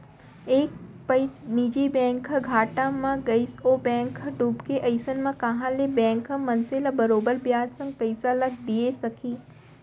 एक पइत निजी बैंक ह घाटा म गइस ओ बेंक ह डूबगे अइसन म कहॉं ले बेंक ह मनसे ल बरोबर बियाज संग पइसा ल दिये सकही